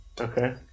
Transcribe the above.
Okay